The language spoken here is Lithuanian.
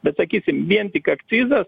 bet sakysim vien tik akcizas